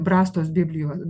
brastos biblijos